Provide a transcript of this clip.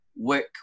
work